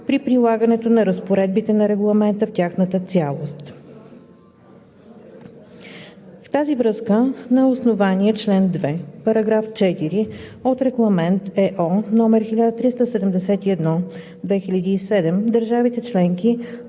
при прилагането на разпоредбите на Регламента в тяхната цялост. В тази връзка на основание член 2 , параграф 4 от Регламент (ЕО) № 1371/2007 държавите членки